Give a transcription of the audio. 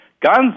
Guns